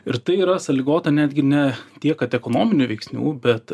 ir tai yra sąlygota netgi ne tiek kad ekonominių veiksnių bet